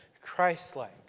Christ-like